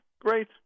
great